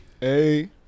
Hey